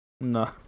No